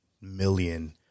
Million